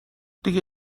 دیگه